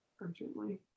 urgently